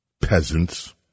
Peasants